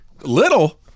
Little